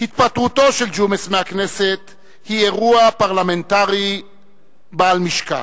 התפטרותו של ג'ומס מהכנסת היא אירוע פרלמנטרי בעל משקל.